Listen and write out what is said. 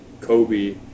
Kobe